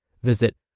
Visit